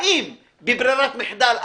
האם בברירת מחדל א'